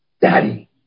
Daddy